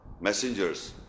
Messengers